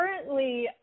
currently